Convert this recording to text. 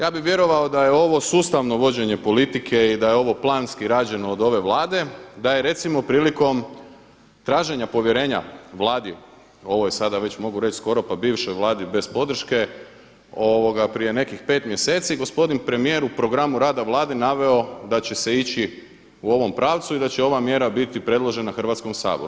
Ja bih vjerovao da je ovo sustavno vođenje politike i da je ovo planski rađeno od ove Vlade, da je recimo prilikom traženja povjerenja Vladi ovoj sada već mogu skoro pa bivšoj Vladi bez podrške prije nekih pet mjeseci gospodin premijer u programu rada Vlade naveo da će se ići u ovom pravcu i da će ova mjera biti predložena Hrvatskom saboru.